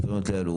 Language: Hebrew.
הקביעות האלו,